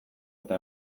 eta